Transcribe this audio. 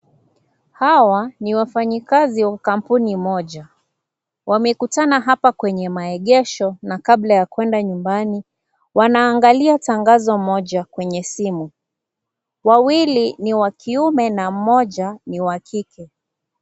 Hawa ni wafanyi kazi wa kampuni moja wamekutana hapa kwenye maegesho na kabla ya kwenda nyumbani wana angalia tangazo moja kwenye simu. Wawili ni wa kiume na mmoja ni wa kike.